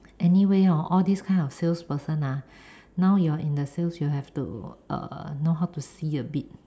anyway hor all these kind of salesperson ah now you're in the sales you'll have to err know how to see a bit